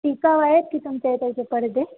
टिकाऊ आहे की तुमच्या इकडचे पडदे